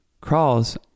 crawls